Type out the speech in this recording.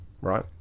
right